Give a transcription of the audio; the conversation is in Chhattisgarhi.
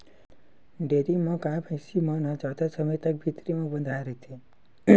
डेयरी म गाय, भइसी मन ह जादा समे तक भीतरी म बंधाए रहिथे